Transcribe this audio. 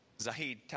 Zahid